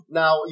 now